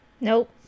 Nope